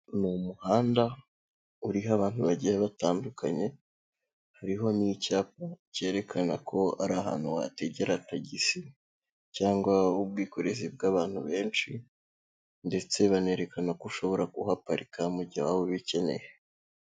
Ni umuhanda uriho abantu bagiye batandukanye, hariho n'icyapa cyerekana ko ari ahantu wategera tagisi cyangwa ubwikorezi bw'abantu benshi ndetse banerekana ko ushobora kuhaparika mu gihe waba ubikeneye.